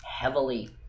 heavily